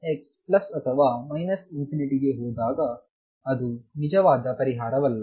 x plus ಅಥವಾ minus ಇನ್ಫಿನಿಟಿಗೆ ಹೋದಾಗ ಅದು ನಿಜವಾದ ಪರಿಹಾರವಲ್ಲ